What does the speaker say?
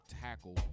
tackle